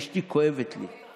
הרגל של אשתי כואבת לי.